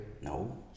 No